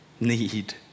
need